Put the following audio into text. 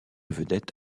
vedette